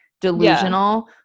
delusional